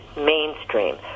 mainstream